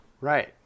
Right